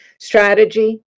strategy